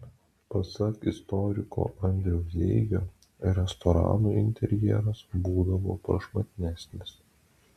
pasak istoriko andriaus zeigio restoranų interjeras būdavo prašmatnesnis